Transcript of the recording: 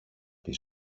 πει